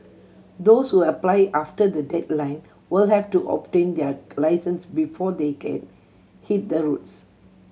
those who apply after the deadline will have to obtain their licence before they can hit the roads